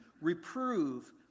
reprove